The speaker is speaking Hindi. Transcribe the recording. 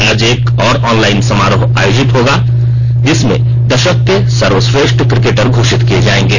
आज एक और ऑनलाइन समारोह आयोजित होगा जिसमें द ाक के सर्वश्रेश्ठ क्रिकेटर घोशित किए जाएंगे